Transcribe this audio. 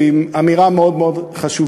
ועם אמירה מאוד מאוד חשובה.